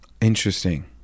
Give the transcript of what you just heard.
interesting